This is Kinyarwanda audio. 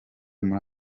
muri